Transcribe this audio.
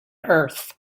earth